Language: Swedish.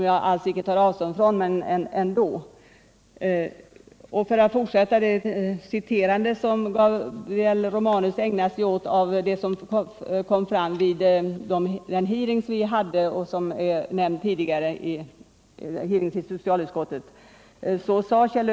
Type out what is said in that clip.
Jag kan här fortsätta det citerande som Gabriel Romanus ägnade sig åt när det gäller vad som framkom vid den hearing i socialutskottet som tidigare nämnts.